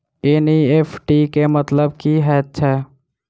NEFT केँ मतलब की हएत छै?